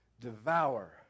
devour